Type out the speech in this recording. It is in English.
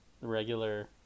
regular